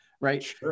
right